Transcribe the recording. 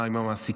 מה עם המעסיקים.